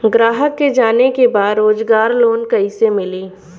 ग्राहक के जाने के बा रोजगार लोन कईसे मिली?